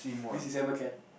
this December can